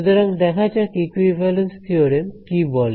সুতরাং দেখা যাক ইকুইভ্যালেন্স থিওরেম কি বলে